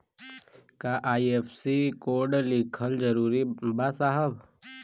का IFSC code लिखल जरूरी बा साहब?